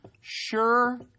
Sure